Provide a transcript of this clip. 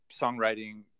songwriting